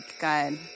God